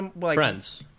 Friends